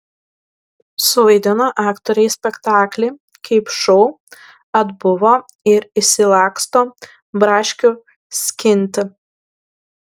suvaidino aktoriai spektaklį kaip šou atbuvo ir išsilaksto braškių skinti